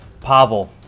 Pavel